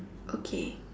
okay